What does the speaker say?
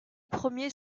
premiers